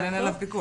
אם אין לו אישור,